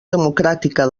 democràtica